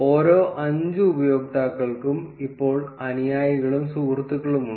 ഓരോ 5 ഉപയോക്താക്കൾക്കും ഇപ്പോൾ അനുയായികളും സുഹൃത്തുക്കളുമുണ്ട്